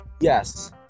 yes